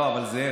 לא, אבל זאב.